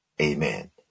Amen